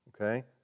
Okay